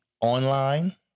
online